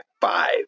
five